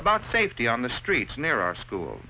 about safety on the streets near our school